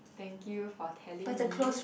thank you for telling me